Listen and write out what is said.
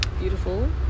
beautiful